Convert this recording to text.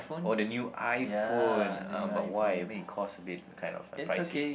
oh the new iPhone uh but why I mean it cost a bit kind of pricey